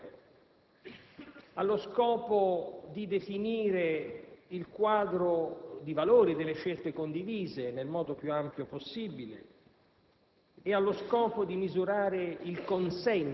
il più possibile aperto, libero, allo scopo di definire il quadro di valori delle scelte condivise nel modo più ampio possibile